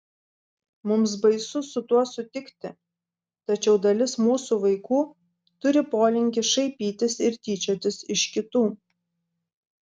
mums baisu su tuo sutikti tačiau dalis mūsų vaikų turi polinkį šaipytis ir tyčiotis iš kitų